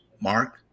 Mark